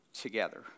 together